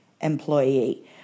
employee